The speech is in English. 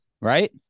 Right